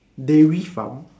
dairy farm